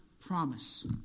promise